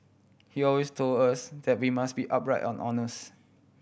he always told us that we must be upright and honest